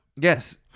Yes